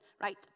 right